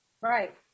Right